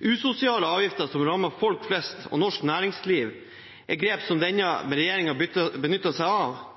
Usosiale avgifter som rammer folk flest og norsk næringsliv, er et grep som denne regjeringen benytter seg av.